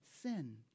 sin